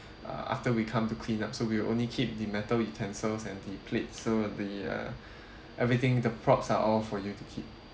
ah after we come to clean up so we will only keep the metal utensils and the plate so the uh everything the props are all for you to keep